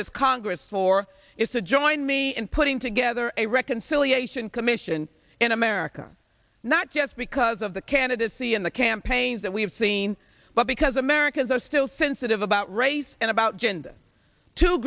this congress for is to join me in putting together a reconciliation commission in america not just because of the candidacy and the campaigns that we have seen but because americans are still sensitive about race and about gender two